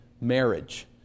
marriage